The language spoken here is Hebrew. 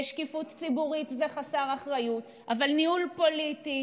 ושקיפות ציבורית זה חסר אחריות אבל ניהול פוליטי,